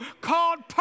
called